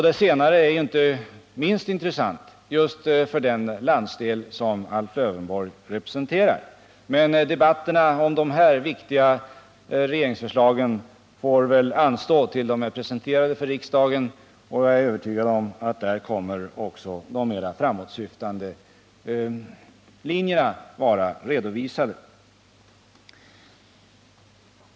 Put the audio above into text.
Det senare är inte minst intressant när det gäller den landsdel som Alf Lövenborg representerar. Men debatterna om dessa viktiga regeringsförslag får väl anstå tills förslagen presenterats för riksdagen. Jag är övertygad om att de mera framåtsyftande linjerna då också kommer att redovisas.